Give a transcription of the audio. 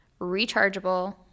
rechargeable